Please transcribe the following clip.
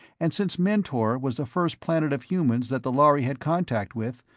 and, since mentor was the first planet of humans that the lhari had contact with,